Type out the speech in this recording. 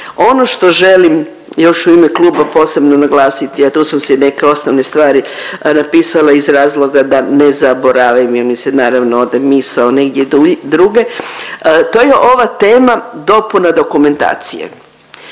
Ono što želim još u ime kluba posebno naglasiti, a tu sam si neke osnovne stvari napisala iz razloga da ne zaboravim jer mi se naravno ode misao negdje drugdje. To je ova tema dopuna dokumentacije.